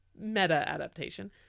meta-adaptation